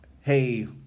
hey